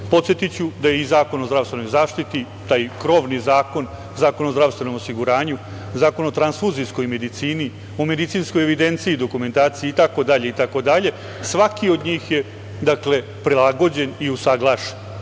Podsetiću da su i Zakon o zdravstvenoj zaštiti, taj krovni zakon, Zakon o zdravstvenom osiguranju, Zakon o transfuzijskoj medicini, o medicinskoj evidenciji i dokumentaciji itd, svaki od njih je prilagođen i usaglašen. Ono